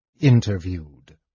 interviewed